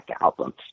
albums